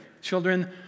Children